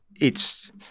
It's-